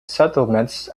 settlements